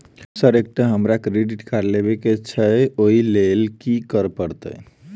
Sir एकटा हमरा credit card लेबकै छैय ओई लैल की करऽ परतै?